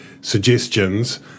suggestions